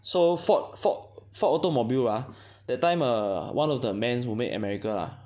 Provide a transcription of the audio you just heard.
so Ford Ford Ford automobile ah that time err one of the man who make America lah